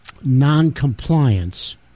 noncompliance